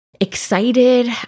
excited